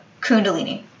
kundalini